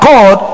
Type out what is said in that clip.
God